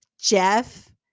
Jeff